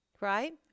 right